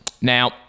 Now